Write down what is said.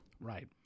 Right